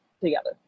together